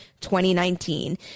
2019